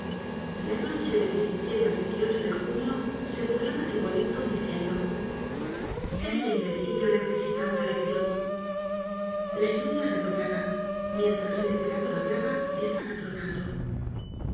la noche del al de junio se burlaba de wellington diciendo ese inglesilh necesita una leccion la lluvia redoblada mientras el emperador hablaba estaba tronando